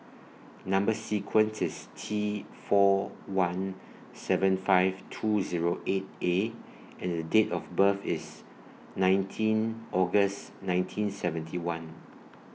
Number sequence IS T four one seven five two Zero eight A and The Date of birth IS nineteen August nineteen seventy one